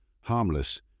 Harmless